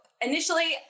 initially